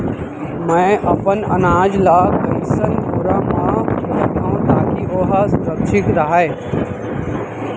मैं अपन अनाज ला कइसन बोरा म रखव ताकी ओहा सुरक्षित राहय?